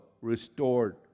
restored